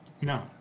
No